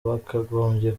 bakagombye